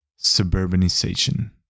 suburbanization